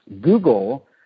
Google